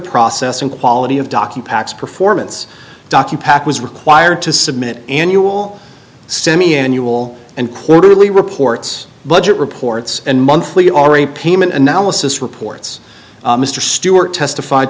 process and quality of docking packs performance docu pack was required to submit annual semi annual and quarterly reports budget reports and monthly payment analysis reports mr stewart testified